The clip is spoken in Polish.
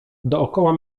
dookoła